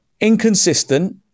Inconsistent